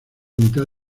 mitad